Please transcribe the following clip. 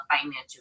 financial